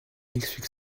explique